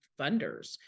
funders